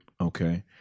Okay